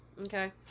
Okay